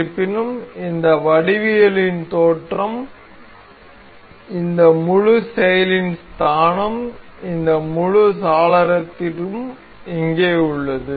இருப்பினும் இந்த வடிவவியலின் தோற்றம் இந்த முழு செயலின் ஸ்தானம் இந்த முழு சாளரத்தினதும் இங்கே உள்ளது